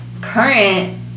current